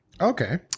Okay